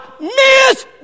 miss